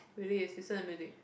maybe is listen to music